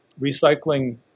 recycling